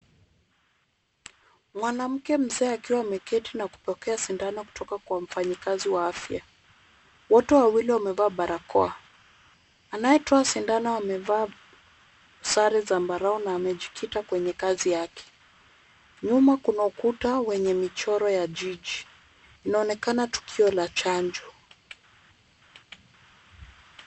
Mwanamke mzee akiwa ameketi na kupokea sindano kutoka kwa mfanyikazi wa afya. Wote wawili wamevaa barakoa. Anayetoa sindano amevaa sare zambarau na amejikita kwenye kazi yake. Nyuma kuna ukuta wenye michoro ya jiji. Inaonekana tukio la chanjo.